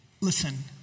Listen